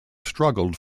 struggled